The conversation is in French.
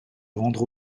rendre